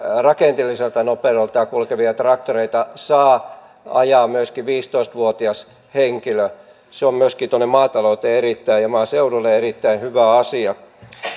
rakenteelliselta nopeudeltaan kulkevia traktoreita saa ajaa myöskin viisitoista vuotias henkilö se on myöskin tuonne maatalouteen ja maaseudulle erittäin hyvä asia